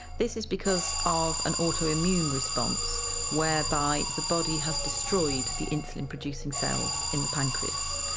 this is because of an autoimmune response whereby the body has destroyed the insulin producing cells in the pancreas.